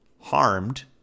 harmed